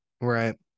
Right